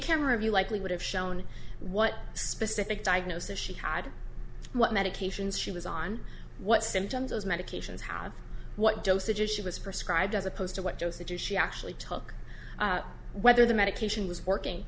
camera view likely would have shown what specific diagnosis she had what medications she was on what symptoms those medications have what dosages she was prescribed as opposed to what dosages she actually took whether the medication was working